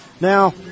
now